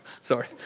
Sorry